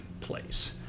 place